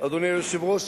אדוני היושב-ראש,